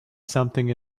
something